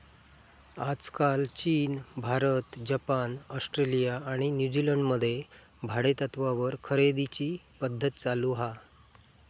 आजकाल चीन, Bharat, Japan, Australia आणि न्यूजीलंड मध्ये भाडेतत्त्वावर खरेदीची पध्दत चालु हा